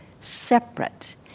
separate